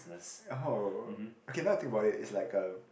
eh how okay now I think about it it's like uh